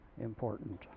important